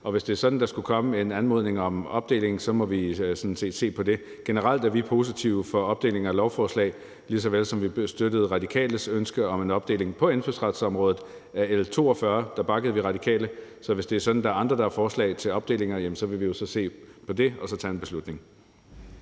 Og hvis det er sådan, at der skulle komme en anmodning om opdeling, så må vi sådan set se på det. Generelt er vi positive over for opdeling af lovforslag, lige så vel som vi støttede Radikale Venstres ønske om en opdeling på indfødsretsområdet af L 42 – der bakkede vi op om De Radikale. Så hvis det er sådan, at der er andre, der har forslag til opdelinger, vil vi jo så se på det og så tage en beslutning.